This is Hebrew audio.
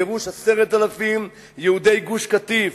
גירוש 10,000 יהודי גוש-קטיף,